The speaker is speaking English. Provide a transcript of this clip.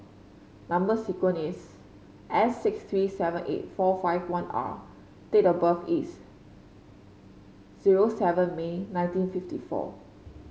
number sequence is S six three seven eight four five one R date of birth is zero seven May nineteen fifty four